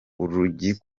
urugi